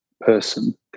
person